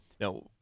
Now